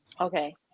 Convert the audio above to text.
Okay